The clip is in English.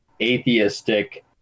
atheistic